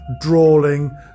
drawling